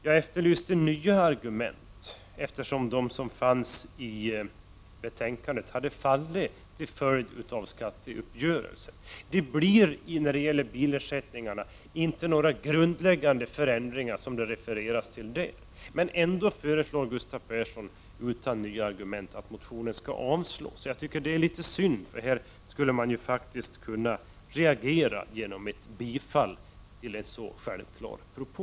Jag efterlyste nya argument eftersom de som fanns i betänkandet hade fallit till följd av skatteuppgörelsen. Det blir när det gäller bilersättningarna inte några grundläggande förändringar, som det står skrivet i betänkandet. Trots detta föreslår Gustav Persson, utan nya argument, att motionen skall avslås. Det är litet synd, för här skulle man faktiskt kunna agera genom ett bifall till en så självklar propå.